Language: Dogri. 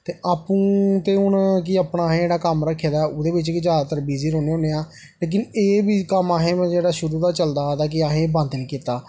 ते आपूं ते हून अपना कि असें जेह्ड़ा कम्म रक्खे दा ओह्दे बिच्च गै जादातर बिज़ी रौह्न्ने होन्ने आं लेकिन एह् बी कम्म असें जेह्ड़ा शुरू दा चलदा आ दा कि एह् असें बंद निं कीता